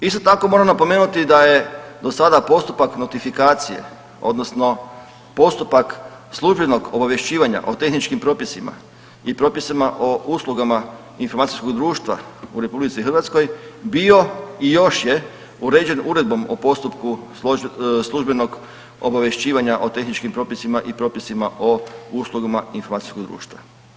Isto tako moram napomenuti da je do sada postupak notifikacije odnosno postupak službenog obavješćivanja o tehničkim propisima i propisima o uslugama informacijskog društva u RH bio i još je uređen uredbom o postupku službenog obavješćivanja o tehničkim propisima i propisima o uslugama informacijskog društva.